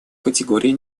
категории